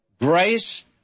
grace